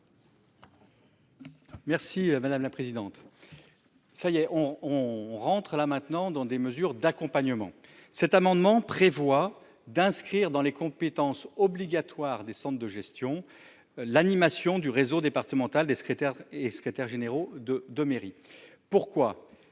Merci madame la présidente. Ça y est, on, on rentre là maintenant dans des mesures d'accompagnement. Cet amendement prévoit d'inscrire dans les compétences obligatoires descendent de gestion. L'animation du réseau départemental des secrétaires et secrétaires généraux de de mairie. Pourquoi.